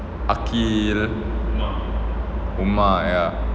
aqil umar ya